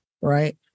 right